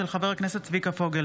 של חבר הכנסת צביקה פוגל.